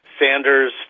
Sanders